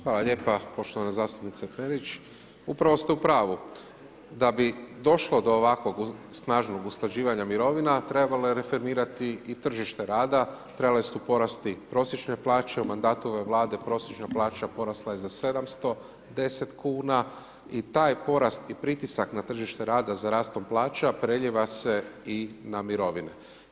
Hvala lijepo poštovana zastupnice Perić, upravo ste u pravu, da bi došlo do ovakvog snažnog usklađivanja mirovina, trebalo je referirati i tržište rada, trebale su porasti prosječne plaće u mandatu ove vlade, prosječna plaća porasla je za 710 kn i taj porast i pritisak na tržište rada za rastom plaća preljeva se i na mirovine.